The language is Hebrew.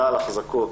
כלל אחזקות,